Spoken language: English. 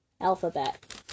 alphabet